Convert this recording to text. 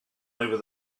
over